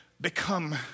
become